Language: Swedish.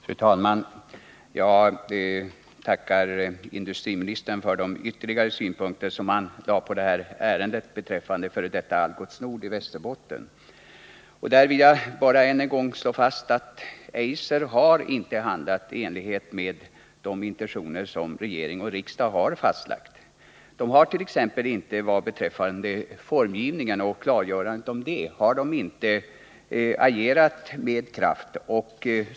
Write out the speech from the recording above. Fru talman! Jag tackar industriministern för de ytterligare synpunkter han gett när det gäller ärendet angående f. d. Algots Nord i Västerbotten. Jag vill där bara än en gång slå fast att Eiser inte har handlat i enlighet med de intentioner som regering och riksdag har fastlagt. När det t.ex. gäller klargörandet av formgivningen har man inte agerat med kraft.